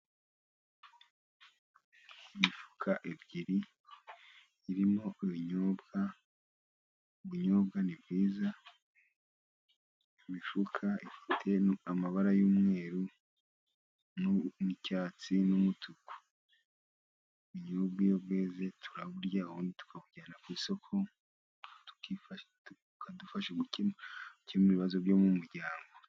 Imifuka ebyiri irimo ubunyobwa, ubunyobwa ni bwiza. Imifuka ifite amabara y'umweru n'icyatsi n'umutuku, ubunyobwa iyo bweze turaburya ubundi tukabujyana ku isoko, bukadufasha gukemura ibibazo byo mu muryango.